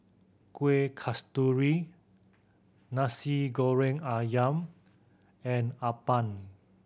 Kueh Kasturi Nasi Goreng Ayam and appam